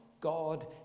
God